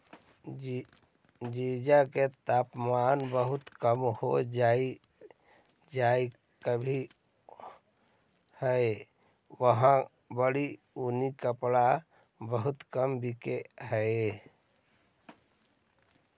जेजा के तापमान बहुत कम हो जा हई उहाँ पड़ी ई उन्हीं कपड़ा बहुत बिक हई